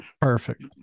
Perfect